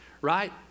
right